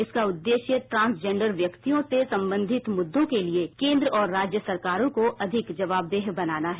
इसका उद्देश्य ट्रांसजेंडर व्यक्तियों से संबंधित मुद्दों के लिए केंद्र और राज्य सरकारों को अधिक जवाबदेह बनाना है